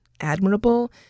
admirable